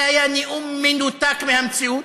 זה היה נאום מנותק מהמציאות,